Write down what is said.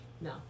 No